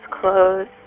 clothes